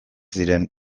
diren